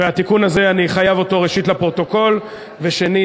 והתיקון הזה אני חייב בו ראשית לפרוטוקול ושנית